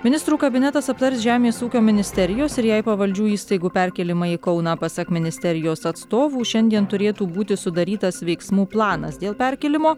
ministrų kabinetas aptars žemės ūkio ministerijos ir jai pavaldžių įstaigų perkėlimą į kauną pasak ministerijos atstovų šiandien turėtų būti sudarytas veiksmų planas dėl perkėlimo